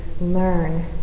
learn